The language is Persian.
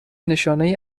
نشانهای